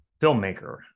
filmmaker